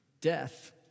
Death